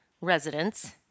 residents